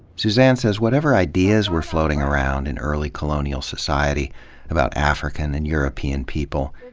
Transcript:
suzanne says, whatever ideas were floating around in early co lonial society about african and european people,